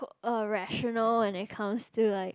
uh rational when it comes to like